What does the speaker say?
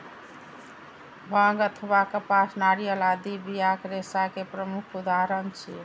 बांग अथवा कपास, नारियल आदि बियाक रेशा के प्रमुख उदाहरण छियै